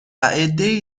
عدهای